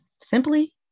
Simply